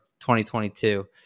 2022